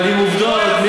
באמת, לא יפה.